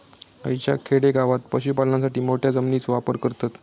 हयच्या खेडेगावात पशुपालनासाठी मोठ्या जमिनीचो वापर करतत